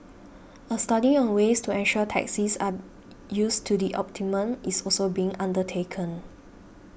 a study on ways to ensure taxis are used to the optimum is also being undertaken